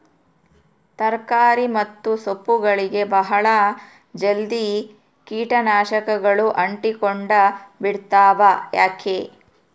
ತರಕಾರಿ ಮತ್ತು ಸೊಪ್ಪುಗಳಗೆ ಬಹಳ ಜಲ್ದಿ ಕೇಟ ನಾಶಕಗಳು ಅಂಟಿಕೊಂಡ ಬಿಡ್ತವಾ ಯಾಕೆ?